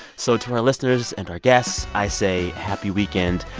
so to our listeners and our guests, i say happy weekend.